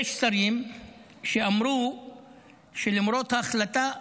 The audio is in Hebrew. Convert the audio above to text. יש שרים שאמרו שלמרות ההחלטה,